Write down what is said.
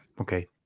Okay